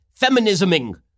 feminisming